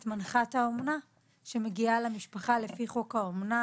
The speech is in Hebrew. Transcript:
יש את מנחת האומנה שמגיעה למשפחה לפי חוק האומנה.